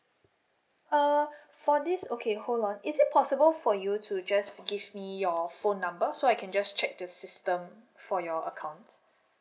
err for this okay hold on is it possible for you to just give me your phone number so I can just check the system for your account